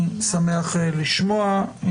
אני שמח לשמוע.